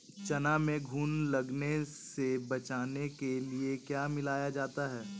चना में घुन लगने से बचाने के लिए क्या मिलाया जाता है?